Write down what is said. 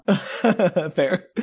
Fair